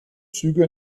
züge